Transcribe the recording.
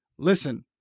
Listen